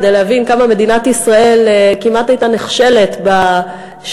כדי להבין כמה מדינת ישראל הייתה כמעט נחשלת מבחינת